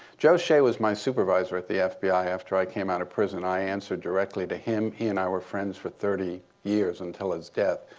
joe shea was my supervisor at the fbi after i came out of prison. i answered directly to him. he and i were friends for thirty years until his death.